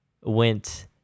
went